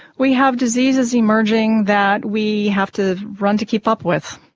we have diseases emerging that we have to run to keep up with.